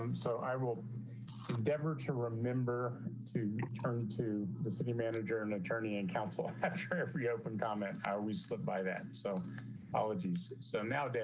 um so i will endeavor to remember to turn to the city manager, an attorney and counsel after every open comment or we slipped by that. so allergies. so now, debbie.